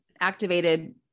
activated